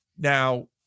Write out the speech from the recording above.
Now